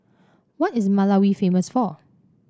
what is Malawi famous for